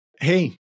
hey